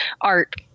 art